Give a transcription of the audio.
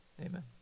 Amen